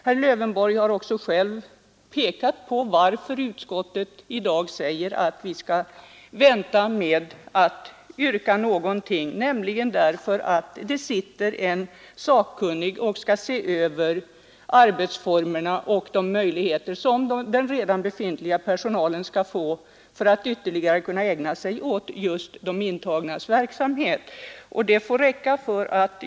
Herr Lövenborg har själv angivit varför utskottet anser att vi nu bör vänta med att föreslå ändringar, nämligen därför att en sakkunnig har tillsatts för att se över arbetsformerna och undersöka vilka möjligheter som kan ges personalen för att den ytterligare skall kunna ägna sig åt verksamhet bland de intagna. Det får räcka med detta.